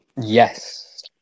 Yes